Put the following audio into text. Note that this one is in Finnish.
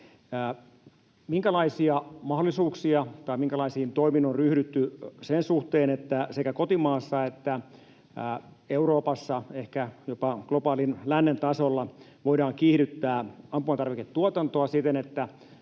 näitä kolmea asiaa. Minkälaisiin toimiin on ryhdytty sen suhteen, että sekä kotimaassa että Euroopassa, ehkä jopa globaalin lännen tasolla, voidaan kiihdyttää ampumatarviketuotantoa siten, että